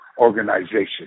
organization